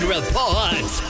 Report